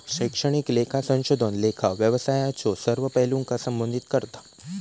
शैक्षणिक लेखा संशोधन लेखा व्यवसायाच्यो सर्व पैलूंका संबोधित करता